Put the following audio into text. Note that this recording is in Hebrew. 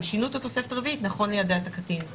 אם שינו את התוספת הרביעית, נכון ליידע את הקטין.